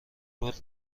برد